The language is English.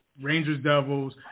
Rangers-Devils